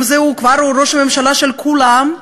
אם הוא ראש הממשלה של כולם,